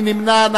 מי נמנע?